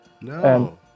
No